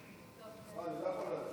נתקבלה.